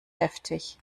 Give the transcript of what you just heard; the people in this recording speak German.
heftig